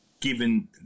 given